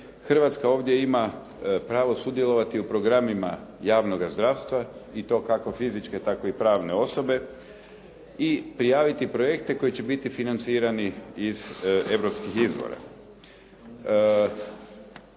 Hrvatska ovdje ima pravo sudjelovati u programima javnoga zdravstva i to kako fizičke tako i pravne osobe i prijaviti projekte koji će biti financirani iz europskih izvora.